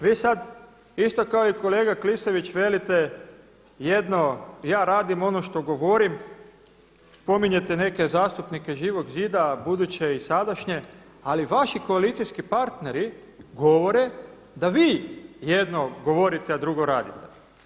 Vi sad, isto kao i kolega Klisović velite jedno, ja radim ono što govorim, spominjete neke zastupnike Živog zida, buduće i sadašnje, ali vaši koalicijski partneri govore da vi jedno govorite a drugo radite.